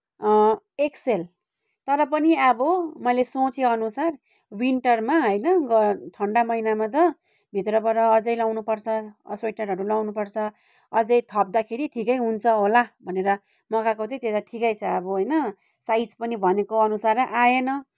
XL तर पनि अब मैले सोचेँ अनुसार विन्टरमा होइन ठन्डा महिनामा त भित्रबाट अझै लगाउनु पर्छ स्वेटरहरू लाउनु पर्छ अझै थप्दाखेरि ठिकै हुन्छ होला भनेर मगाएको थिएँ त्यो त ठिकै छ अब होइन साइज पनि भनेको अनुसारै आएन